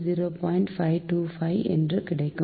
525 என்று கிடைக்கும்